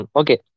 okay